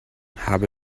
habe